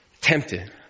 tempted